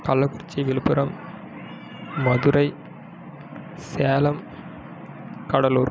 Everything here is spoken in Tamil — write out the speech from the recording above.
கள்ளக்குறிச்சி விழுப்புரம் மதுரை சேலம் கடலூர்